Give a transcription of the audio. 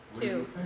Two